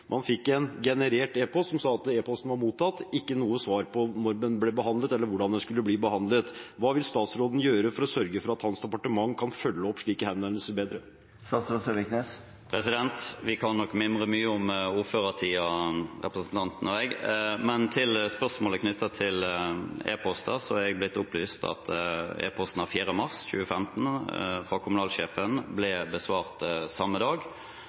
Man fikk en automatisk generert e-post som sa at e-posten var mottatt, men ikke noe svar på når den ble behandlet, eller hvordan den skulle bli behandlet. Hva vil statsråden gjøre for å sørge for at hans departement kan følge opp slike henvendelser bedre? Vi kan nok mimre mye om ordførertiden, representanten og jeg. Men til spørsmålet knyttet til e-poster: Jeg har fått opplyst at e-posten av 4. mars 2015 fra kommunalsjefen ble besvart samme dag.